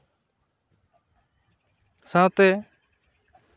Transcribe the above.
ᱥᱟᱶᱛᱮ